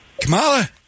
Kamala